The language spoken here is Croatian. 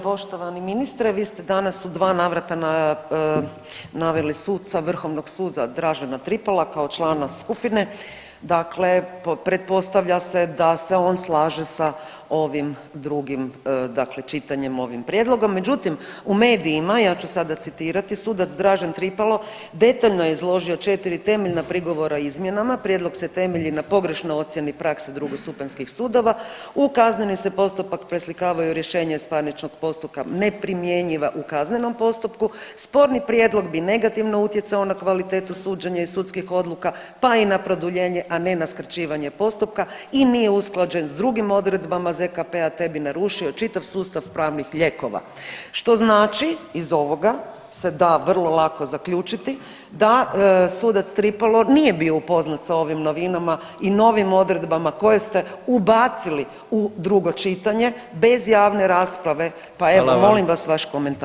Poštovani ministre vi ste danas u dva navrata naveli suca Vrhovnog suda Dražena Tripala kao člana skupine, dakle pretpostavlja se da se on slaže sa ovim drugim dakle čitanjem, ovim prijedlogom, međutim u medijima, ja ću sada citirati, sudac Dražen Tripalo detaljno je izložio 4 temeljna prigovora o izmjenama, prijedlog se temelji na pogrešnoj ocijeni prakse drugostupanjskih sudova, u kazneni se postupak preslikavaju rješenja iz parničnog postupka neprimjenjiva u kaznenom postupku, sporni prijedlog bi negativno utjecao na kvalitetu suđenja i sudskih odluka, pa i na produljenje, a ne na skraćivanje postupka i nije usklađen s drugim odredbama ZKP-a, te bi narušio čitav sustav pravnih lijekova, što znači iz ovoga se da vrlo lako zaključiti da sudac Tripalo nije bio upoznat sa ovim novinama i novim odredbama koje ste ubacili u drugo čitanje bez javne rasprave, pa evo molim vas vaš komentar, hvala.